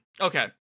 Okay